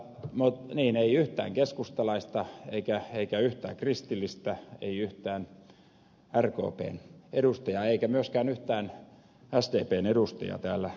niin ei yhtään keskustalaista eikä yhtään kristillistä ei yhtään rkpn edustajaa eikä myöskään yhtään sdpn edustajaa täällä ole